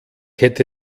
hätte